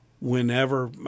whenever